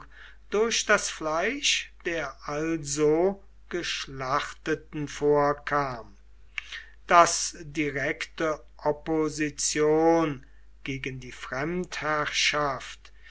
durch das fleisch der also geschlachteten vorkam daß direkte opposition gegen die fremdherrschaft